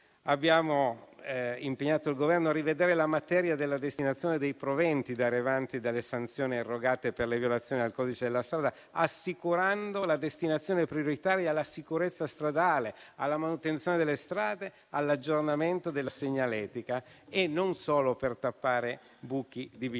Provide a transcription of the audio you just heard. Abbiamo impegnato il Governo a rivedere la materia della destinazione dei proventi derivanti dalle sanzioni irrogate per le violazioni al codice della strada, assicurando la destinazione prioritaria alla sicurezza stradale, alla manutenzione delle strade, all'aggiornamento della segnaletica e non solo per tappare buchi di bilancio.